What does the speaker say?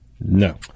No